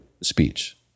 speech